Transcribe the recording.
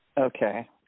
Okay